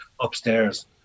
upstairs